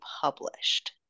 published